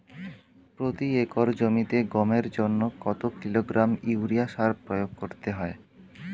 প্রতি একর জমিতে গমের জন্য কত কিলোগ্রাম ইউরিয়া সার প্রয়োগ করতে হয়?